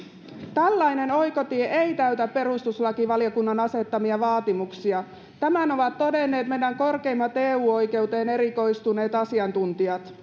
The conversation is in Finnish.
tällainen oikotie ei täytä perustuslakivaliokunnan asettamia vaatimuksia tämän ovat todenneet meidän korkeimmat eu oikeuteen erikoistuneet asiantuntijat